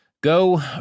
Go